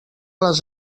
les